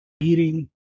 eating